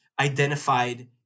identified